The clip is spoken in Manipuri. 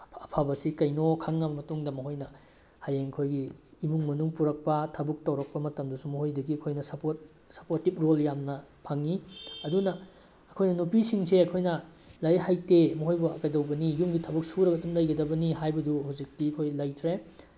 ꯑꯐꯕꯁꯤ ꯀꯩꯅꯣ ꯈꯪꯉꯕ ꯃꯇꯨꯡꯗ ꯃꯈꯣꯏꯅ ꯍꯌꯦꯡ ꯑꯩꯈꯣꯏꯒꯤ ꯏꯃꯨꯡ ꯃꯅꯨꯡ ꯄꯨꯔꯛꯄ ꯊꯕꯛ ꯇꯧꯔꯛꯄ ꯃꯇꯝꯗꯁꯨ ꯃꯈꯣꯏꯗꯒꯤ ꯑꯈꯣꯏꯅ ꯁꯄꯣꯔꯠ ꯁꯄꯣꯔꯇꯤꯞ ꯔꯣꯜ ꯌꯥꯝꯅ ꯐꯪꯉꯤ ꯑꯗꯨꯅ ꯑꯩꯈꯣꯏꯅ ꯅꯨꯄꯤꯁꯤꯡꯁꯦ ꯑꯩꯈꯣꯏꯅ ꯂꯥꯏꯔꯤꯛ ꯍꯩꯇꯦ ꯃꯈꯣꯏꯕꯨ ꯀꯩꯗꯧꯕꯅꯤ ꯌꯨꯝ ꯊꯕꯛ ꯁꯨꯔꯒ ꯑꯗꯨꯝ ꯂꯩꯒꯗꯕꯅꯤ ꯍꯥꯏꯕꯗꯨ ꯍꯧꯖꯤꯛꯇꯤ ꯑꯩꯈꯣꯏ ꯂꯩꯇ꯭ꯔꯦ